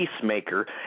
peacemaker